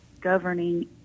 governing